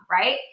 right